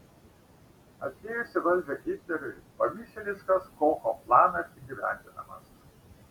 atėjus į valdžią hitleriui pamišėliškas kocho planas įgyvendinamas